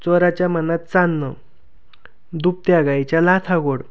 चोराच्या मनात चांदणं दुभत्या गाईच्या लाथा गोड